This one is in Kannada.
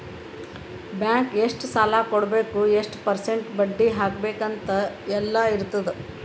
ಬ್ಯಾಂಕ್ ಎಷ್ಟ ಸಾಲಾ ಕೊಡ್ಬೇಕ್ ಎಷ್ಟ ಪರ್ಸೆಂಟ್ ಬಡ್ಡಿ ಹಾಕ್ಬೇಕ್ ಅಂತ್ ಎಲ್ಲಾ ಇರ್ತುದ್